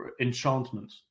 enchantment